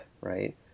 Right